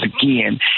again